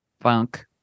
Funk